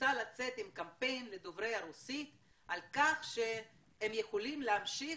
רוצה לצאת עם קמפיין לדוברי רוסית על כך שהם יכולים להמשיך